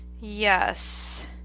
Yes